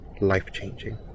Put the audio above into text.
life-changing